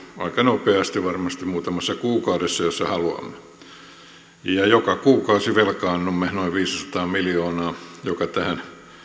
aika nopeasti varmasti muutamassa kuukaudessa jos haluamme joka kuukausi velkaannumme noin viisisataa miljoonaa joka tähän